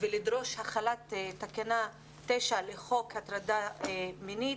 ולדרוש החלת תקנה 9 לחוק הטרדה מינית,